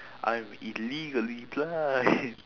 I am illegally blind